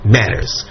matters